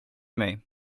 mig